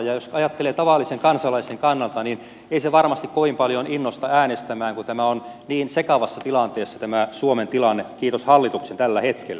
jos ajattelee tavallisen kansalaisen kannalta niin ei se varmasti kovin paljon innosta äänestämään kun on niin sekavassa tilanteessa tämä suomen tilanne kiitos hallituksen tällä hetkellä